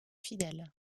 fidèle